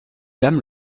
dames